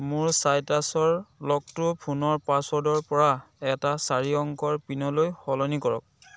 মোৰ চাইটাছৰ লকটো ফোনৰ পাছৱৰ্ডৰ পৰা এটা চাৰি অংকৰ পিনলৈ সলনি কৰক